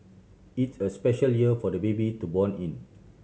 it's a special year for the baby to born in